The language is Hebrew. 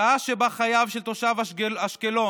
שעה שבה חייו של תושב אשקלון,